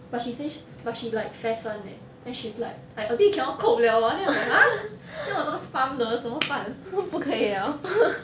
but she says but she like fess [one] leh then she's like I a bit cannot cope 了 ah then I was like ha then 我怎么办的怎么办不可以了